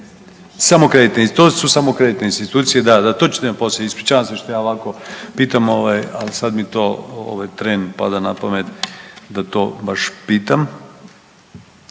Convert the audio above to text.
Samo kreditne institucije, to su samo kreditne institucije, da, da, to ćete nam poslije, ispričavam se što ja ovako pitam ovaj, al sad mi to ovaj tren pada na pamet da to baš pitam.